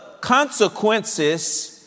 consequences